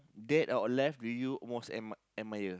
dad out of life do you most admire